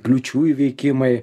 kliūčių įveikimai